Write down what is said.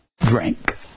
drink